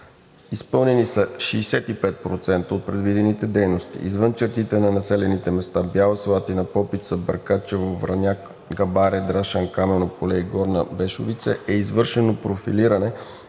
изпълнени 65% от предвидените дейности. Извън чертите на населените места Бяла Слатина, Попица, Бъркачево, Враняк, Габаре, Драшан, Камено поле и Горна Бешовица е извършено профилиране